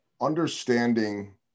understanding